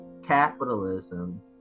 capitalism